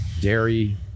dairy